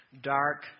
dark